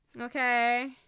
okay